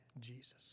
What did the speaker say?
Jesus